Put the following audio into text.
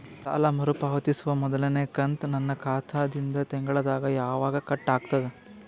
ಸಾಲಾ ಮರು ಪಾವತಿಸುವ ಮೊದಲನೇ ಕಂತ ನನ್ನ ಖಾತಾ ದಿಂದ ತಿಂಗಳದಾಗ ಯವಾಗ ಕಟ್ ಆಗತದ?